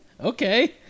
Okay